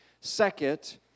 Second